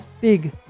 Big